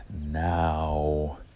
now